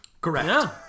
Correct